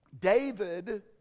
David